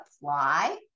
apply